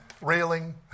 railing